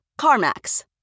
CarMax